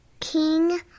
king